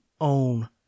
own